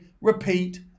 repeat